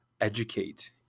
educate